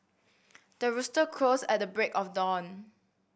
the rooster crows at the break of dawn